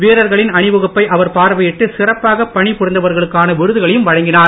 வீரர்களின் அணிவகுப்பை அவர் பார்வையிட்டு சிறப்பாக பணி புரிந்தவர்களுக்கான விருதுகளையும் வழங்கினார்